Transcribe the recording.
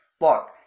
Look